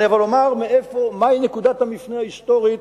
אבל אני אומר מהי נקודת המפנה ההיסטורית